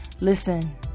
Listen